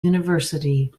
university